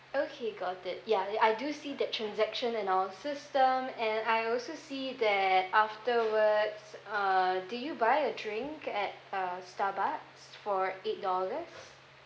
okay got it ya I do see that transaction in our system and I also see that afterwards uh did you buy a drink at uh starbucks for eight dollars